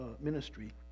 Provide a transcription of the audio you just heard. ministry